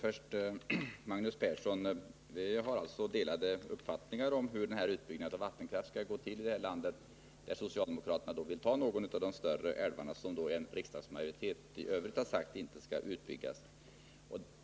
Fru talman! Magnus Persson och jag har skilda uppfattningar om hur utbyggnaden av vattenkraften skall gå till här i landet. Socialdemokraterna vill ta någon av de större älvarna som en riksdagsmajoritet har sagt inte skall 187 byggas ut.